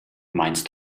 meinst